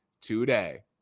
today